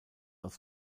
aus